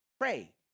pray